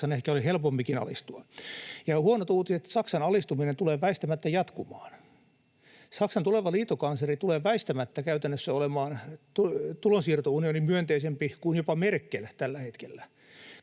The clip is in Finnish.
Saksan ehkä oli helpompikin alistua. Ja huonot uutiset: Saksan alistuminen tulee väistämättä jatkumaan. Saksan tuleva liittokansleri tulee väistämättä käytännössä olemaan tulonsiirtounionimyönteisempi kuin jopa Merkel tällä hetkellä.